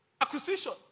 Acquisition